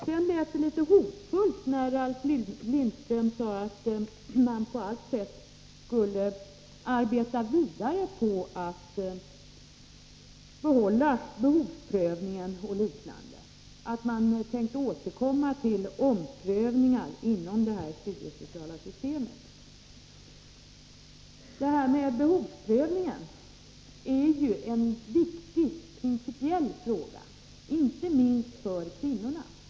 Det lät litet hotfullt när Ralf Lindström sade att man på allt sätt skulle arbeta vidare på att behålla behovsprövningen o. d., att man tänkte återkomma till omprövningar inom det studiesociala systemet. Behovsprövningen är ju en viktig principiell fråga, inte minst för kvinnorna.